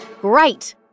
Great